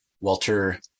Walter